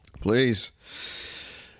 please